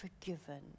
forgiven